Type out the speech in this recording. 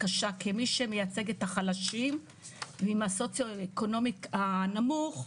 כמי שמייצגת את החלשים מהסוציו אקונומי הנמוך,